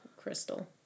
crystal